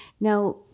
Now